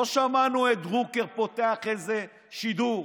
לא שמענו את דרוקר פותח איזה שידור,